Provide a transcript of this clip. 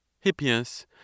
Hippias